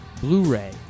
blu-ray